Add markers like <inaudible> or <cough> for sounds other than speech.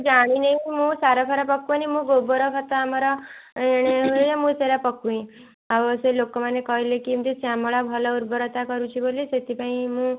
ଜାଣିନି ମୁଁ ସାର ଫାର ପକଉନି ମୁଁ ଗୋବର ଖତ ଆମର <unintelligible> ମୁଁ ସେଇଡ଼ା ପକୁଏଁ ଆଉ ସେ ଲୋକମାନେ କହିଲେ କି କେମିତି ଶ୍ୟାମଳା ଭଲ ଉର୍ବରତା କରୁଛି ବୋଲି ସେଥିପାଇଁ ମୁଁ